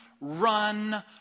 run